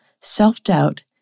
Self-doubt